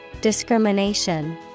Discrimination